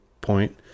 point